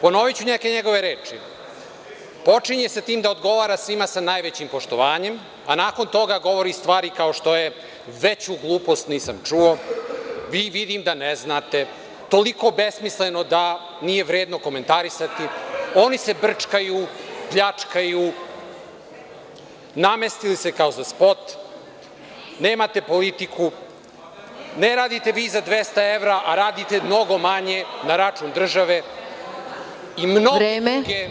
Ponoviću neke njegove reči, počinje sa tim da odgovara svima sa najvećim poštovanjem, a nakon toga govori stvari, kao što je – veću glupost nisam čuo, vi vidim da ne znate, toliko besmisleno da nije vredno komentarisati, oni se brčkaju, pljačkaju, namestili se kao za spot, nemate politiku, ne radite vi za 200 evra, a radite mnogo manje na račun države i mnoge